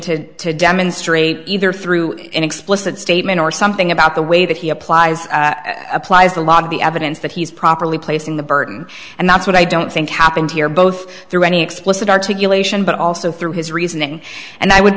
to to demonstrate either through an explicit statement or something about the way that he applies applies a lot of the evidence that he's properly placing the burden and that's what i don't think happened here both through any explicit articulation but also through his reasoning and i would